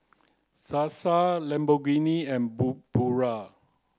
Sasa Lamborghini and Pura